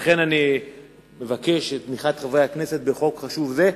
לכן אני מבקש את תמיכת חברי הכנסת בחוק חשוב זה,